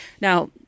Now